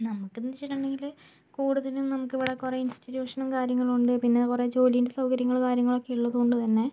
നമുക്കെന്ന് വെച്ചിട്ടുണ്ടെങ്കിൽ കൂടുതലും നമുക്ക് ഇവിടെ കുറേ ഇൻസ്റ്റിറ്റ്യൂഷനും കാര്യങ്ങളുണ്ട് പിന്നെ കുറേ ജോലീൻ്റെ സൗകര്യങ്ങൾ കാര്യങ്ങളൊക്കെ ഉള്ളതുകൊണ്ട് തന്നെ